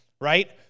right